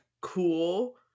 cool